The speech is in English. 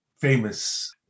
famous